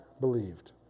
believed